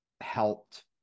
helped